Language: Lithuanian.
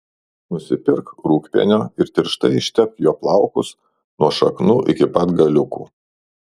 nusipirk rūgpienio ir tirštai ištepk juo plaukus nuo šaknų iki pat galiukų